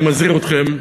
אני מזהיר אתכם: